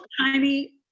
tiny